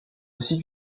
site